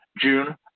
June